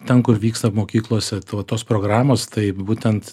ten kur vyksta mokyklose tuo tos programos tai būtent